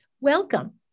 Welcome